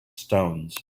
stones